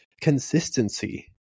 Consistency